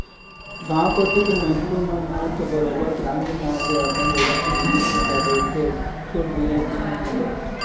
गाँव कोती के मनखे मन ह तो बरोबर किराना दुकान ले ही अपन जरुरत के जिनिस मन ल लेथे छूट मिलय की झन मिलय